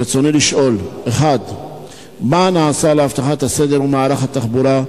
רצוני לשאול: 1. מה נעשה להבטחת הסדר ומערך התחבורה?